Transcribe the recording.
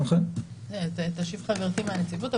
תשיב חברתי מהנציבות.